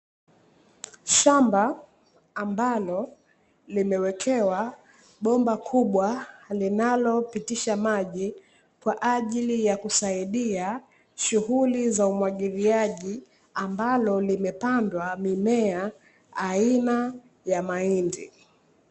Shamba ambalo limewekewa bomba kubwa linalopitisha maji kwa ajili ya kusaidia shughuli za umwagiliaji, ambalo limepandwa mimea aina ya mahindi.